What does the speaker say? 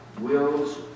wills